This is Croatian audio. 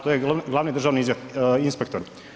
To je glavni državni inspektor.